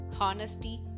honesty